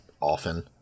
often